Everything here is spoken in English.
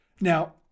Now